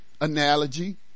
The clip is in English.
analogy